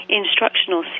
instructional